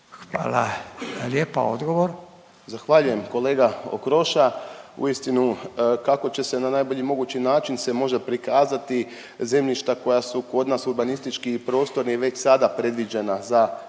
Krešimir (HDZ)** Zahvaljujem kolega Okroša, uistinu, kako će se na najbolji mogući način se možda prikazati zemljišta koja su kod nas urbanistički i prostorni već sada predviđena za gospodarske